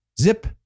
Zip